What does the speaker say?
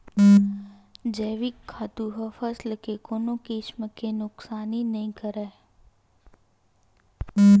जइविक खातू ह फसल ल कोनो किसम के नुकसानी नइ करय